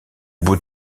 bout